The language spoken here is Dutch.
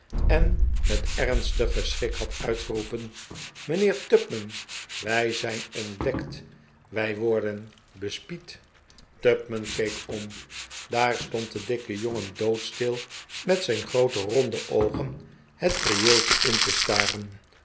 en met ernstigen schrik had uitgeroepen mijnheer tupman wij zijn ontdekt wij worden bespied tupman keek om daar stond de dikke jongen doodstil met zijn groote ronde oogen het prieeltje in te staren